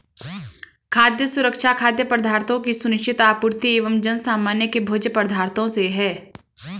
खाद्य सुरक्षा खाद्य पदार्थों की सुनिश्चित आपूर्ति एवं जनसामान्य के भोज्य पदार्थों से है